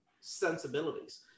sensibilities